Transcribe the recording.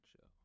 Show